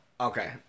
Okay